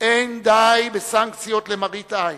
לא די בסנקציות למראית עין,